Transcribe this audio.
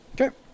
Okay